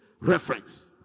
Reference